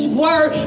word